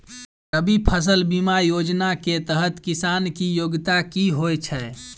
रबी फसल बीमा योजना केँ तहत किसान की योग्यता की होइ छै?